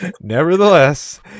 Nevertheless